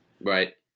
Right